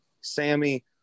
Sammy